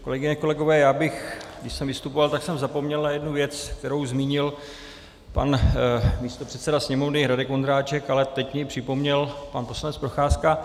Kolegyně a kolegové, když jsem vystupoval, tak jsem zapomněl na jednu věc, kterou zmínil pan místopředseda Sněmovny Radek Vondráček, ale teď mi ji připomněl pan poslanec Procházka.